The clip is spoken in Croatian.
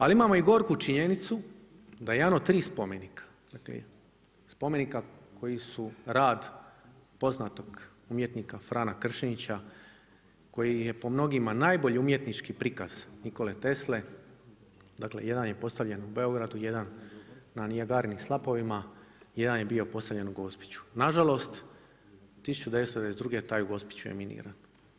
Ali imamo i gorku činjenicu da jedan od tri spomenika, dakle spomenika koji su rad poznatog umjetnika Frana Kršinića koji je po mnogima najbolji umjetnički prikaz Nikole Tesle, dakle jedan je postavljen u Beogradu, jedan na Niagarenim slapovima, jedan je bio postavljen u Gospiću, nažalost 1992. taj u Gospiću je miniran.